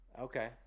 Okay